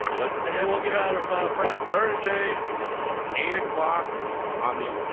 let's here and we'll give out our final prop thursday eight. o'clock on the,